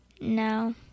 No